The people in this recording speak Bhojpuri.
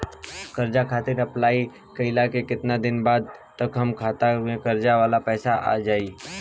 कर्जा खातिर अप्लाई कईला के केतना दिन बाद तक हमरा खाता मे कर्जा वाला पैसा आ जायी?